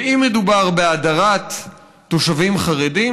ואם מדובר בהדרת תושבים חרדים,